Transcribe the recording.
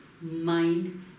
mind